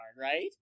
right